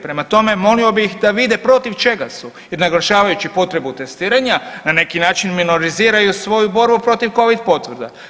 Prema tome, molio bih da vide protiv čega su jer naglašavajući potrebu testiranja na neki način minoriziraju svoju borbu protiv Covid potvrda.